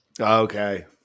Okay